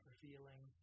feeling